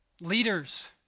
Leaders